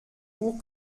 court